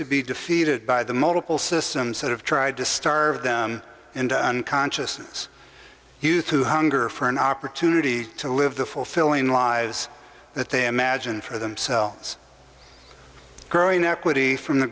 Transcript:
to be defeated by the multiple systems that have tried to starve them into unconsciousness youth who hunger for an opportunity to live the fulfilling lives that they imagine for themselves growing equity from the